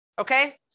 okay